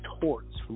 torts